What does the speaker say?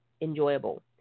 enjoyable